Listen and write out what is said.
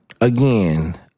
again